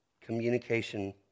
communication